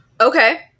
okay